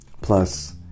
plus